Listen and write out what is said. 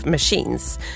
Machines–